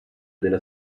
della